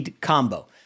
combo